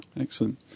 Excellent